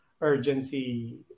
urgency